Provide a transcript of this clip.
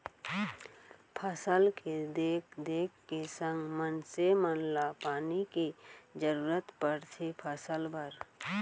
फसल के देख देख के संग मनसे मन ल पानी के जरूरत परथे फसल बर